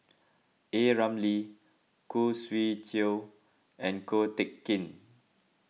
A Ramli Khoo Swee Chiow and Ko Teck Kin